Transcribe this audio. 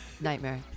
nightmare